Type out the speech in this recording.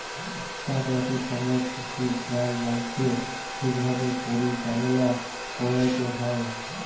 চাষবাসের সময় পুষ্টির খেয়াল রাইখ্যে ঠিকভাবে পরিচাললা ক্যইরতে হ্যয়